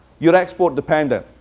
you're export dependent.